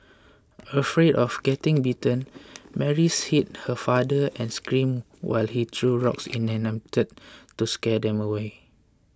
afraid of getting bitten Mary hid her father and screamed while he threw rocks in an attempt to scare them away